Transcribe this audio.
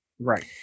Right